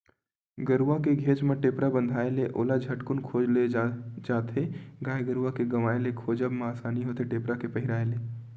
गरुवा के घेंच म टेपरा बंधाय ले ओला झटकून खोज ले जाथे गाय गरुवा के गवाय ले खोजब म असानी होथे टेपरा के पहिराय ले